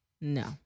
No